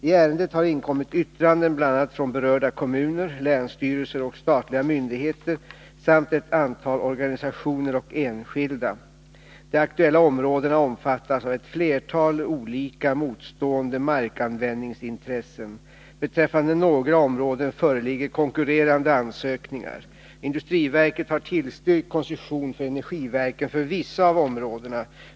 I ärendet har inkommit yttranden bl.a. från berörda kommuner, länsstyrelser och statliga myndigheter samt ett antal organisationer och enskilda. De aktuella områdena omfattas av ett flertal olika motstående markanvändningsintressen. Beträffande några områden föreligger konkur rerande ansökningar. Industriverket har tillstyrkt koncession för energiverket för vissa av områdena.